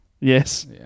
Yes